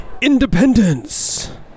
Independence